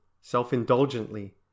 self-indulgently